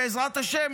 בעזרת השם,